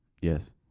Yes